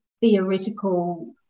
theoretical